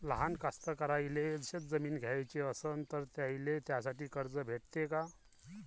लहान कास्तकाराइले शेतजमीन घ्याची असन तर त्याईले त्यासाठी कर्ज भेटते का?